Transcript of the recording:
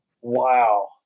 Wow